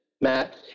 Matt